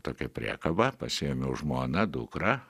tokią priekabą pasiėmiau žmoną dukrą